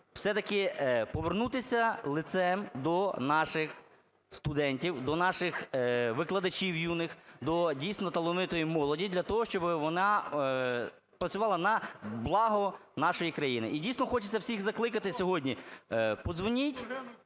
Все-таки повернутися лицем до наших студентів, до наших викладачів юних, до дійсно талановитої молоді для того, щоби вона працювала на благо нашої країни. І дійсно хочеться всіх закликати сьогодні, подзвоніть